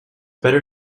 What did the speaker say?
better